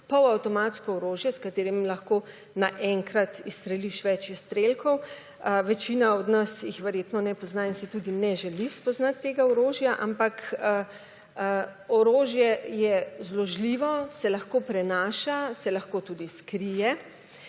polavtomatsko orožje s katerim lahko na enkrat izstreliš več izstrelkov. Večina od nas jih verjetno ne pozna in se tudi ne želi spoznati tega orožja, ampak orožje je zložljivo, se lahko prenaša, se lahko tudi skrije.